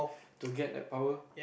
to get that power